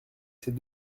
ces